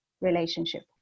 relationship